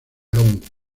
long